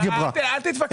אל תתווכח.